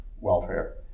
welfare